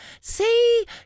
see